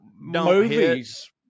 movies